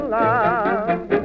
love